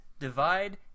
Divide